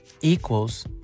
equals